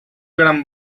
gran